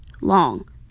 long